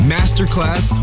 Masterclass